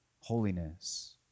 holiness